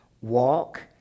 walk